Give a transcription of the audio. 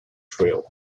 drill